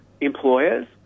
employers